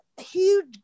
huge